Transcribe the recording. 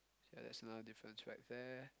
ya there's another difference right there